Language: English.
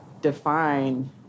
define